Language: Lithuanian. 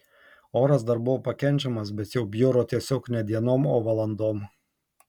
oras dar buvo pakenčiamas bet jau bjuro tiesiog ne dienom o valandom